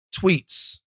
tweets